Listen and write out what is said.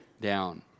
down